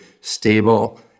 stable